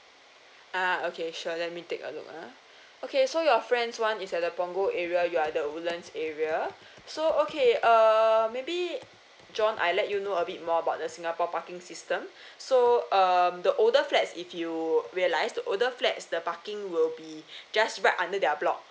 uh okay sure let me take a look ah okay so your friends one is at the punggol area you are the woodlands area so okay uh maybe John I let you know a bit more about the singapore parking system so um the older flats if you realise the older flats the parking will be just right under their block